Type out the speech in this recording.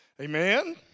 Amen